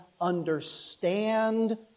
understand